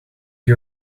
you